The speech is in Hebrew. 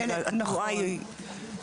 נכון.